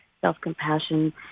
self-compassion